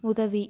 உதவி